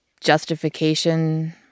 justification